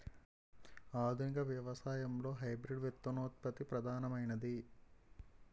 ఆధునిక వ్యవసాయంలో హైబ్రిడ్ విత్తనోత్పత్తి ప్రధానమైనది